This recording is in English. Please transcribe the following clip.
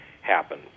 happen